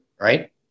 right